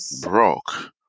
Broke